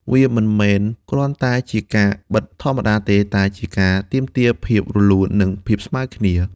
វាមិនមែនគ្រាន់តែជាការបិតធម្មតាទេ តែជាការទាមទារភាពរលូន និងភាពស្មើគ្នា។